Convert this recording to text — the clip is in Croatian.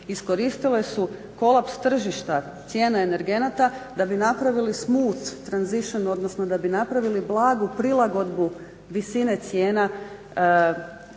iskoristile su kolaps tržišta cijene energenata da bi napravili smooth transition odnosno da bi napravili blagu prilagodbu visine cijena